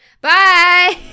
Bye